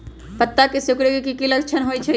पत्ता के सिकुड़े के की लक्षण होइ छइ?